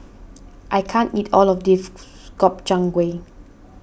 I can't eat all of this Gobchang Gui